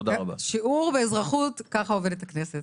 שיעור באזרחות ככה עובדת הכנסת.